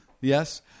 yes